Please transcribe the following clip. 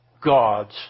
God's